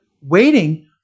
waiting